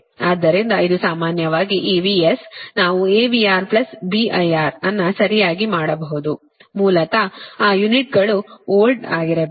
ಆದ್ದರಿಂದ ಇದು ಸಾಮಾನ್ಯವಾಗಿ ಈ VS ನಾವು AVR B IR ಅನ್ನು ಸರಿಯಾಗಿ ಮಾಡಬಹುದು ಮೂಲತಃ ಆ ಯೂನಿಟ್ಗಳು ವೋಲ್ಟ್ ಆಗಿರಬೇಕು